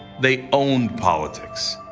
they owned politics.